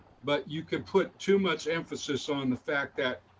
but you could put too much emphasis on the fact that